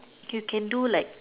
you can do like